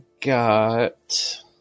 got